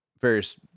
various